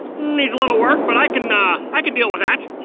needs a little work, but i can ah i can deal with that.